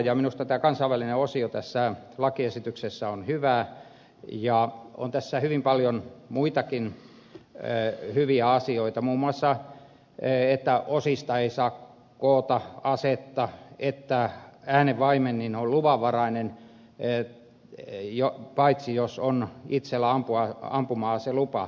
minusta tämä kansainvälinen osio tässä lakiesityksessä on hyvä ja on tässä hyvin paljon muitakin hyviä asioita muun muassa se että osista ei saa koota asetta että äänenvaimennin on luvanvarainen paitsi jos itsellä on ampuma aselupa